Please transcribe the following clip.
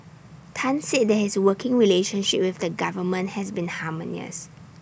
Tan said that his working relationship with the government has been harmonious